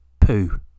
Poo